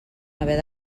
haver